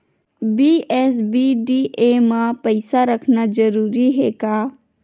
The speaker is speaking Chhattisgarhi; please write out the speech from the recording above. बी.एस.बी.डी.ए मा पईसा रखना जरूरी हे का?